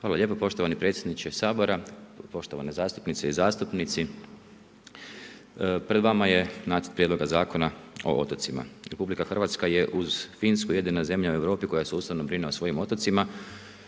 Hvala lijepa poštovani predsjedniče Sabora, poštovane zastupnice i zastupnici. Pred vama je nacrt prijedloga Zakona o otocima. RH je uz Finsku jedina zemlja u Europi koja se Ustavno brine o svojim otocima,